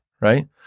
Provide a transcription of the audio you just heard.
right